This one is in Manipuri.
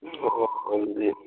ꯑꯣ ꯑꯗꯨꯗꯤ